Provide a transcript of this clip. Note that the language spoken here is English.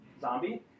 zombie